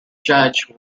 judge